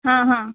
ହଁ ହଁ